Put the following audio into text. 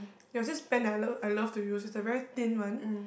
there was this pen that I love I love to use is a very thin one